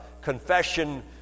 confession